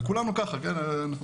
וכולנו ככה, כן?